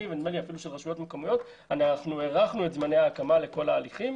אנחנו הארכנו את זמני ההקמה לכל ההליכים.